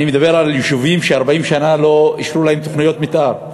אני מדבר על יישובים ש-40 שנה לא אישרו להם תוכניות מתאר.